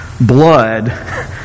blood